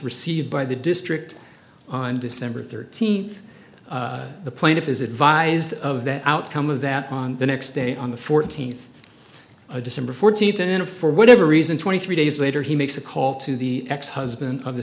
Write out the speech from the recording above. received by the district on december thirteenth the plaintiff is advised of the outcome of that on the next day on the fourteenth of december fourteenth in a for whatever reason twenty three days later he makes a call to the ex husband of the